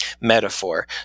metaphor